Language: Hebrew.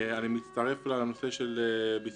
אני מצטרף ל"בזכות".